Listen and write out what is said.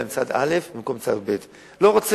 עם צד א' במקום עם צד ב'; לא רוצה.